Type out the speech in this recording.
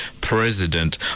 president